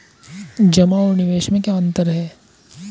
जमा और निवेश में क्या अंतर है?